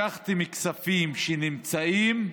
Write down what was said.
לקחתם כספים שנמצאים,